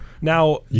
Now